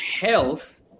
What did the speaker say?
health